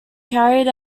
carried